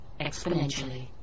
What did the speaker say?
exponentially